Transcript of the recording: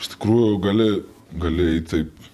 iš tikrųjų gali gali taip